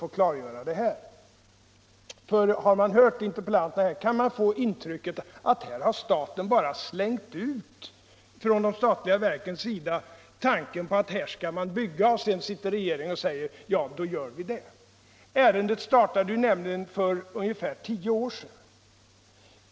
När man hörde debattörerna kunde man nämligen få intrycket att de statliga verken bara hade slängt ut tanken att här skall man bygga och sedan hade regeringen sagt: ”Ja, då gör vi det.” Ärendet startade för ungefär tio år sedan.